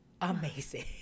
Amazing